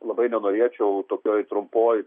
labai nenorėčiau tokioj trumpoj